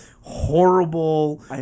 horrible